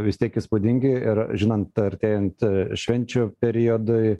vis tiek įspūdingi ir žinant artėjant švenčių periodui